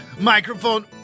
microphone